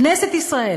כנסת ישראל,